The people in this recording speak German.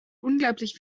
unglaublich